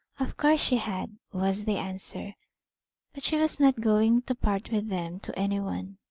of course she had, was the answer but she was not going to part with them to any one.